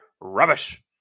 rubbish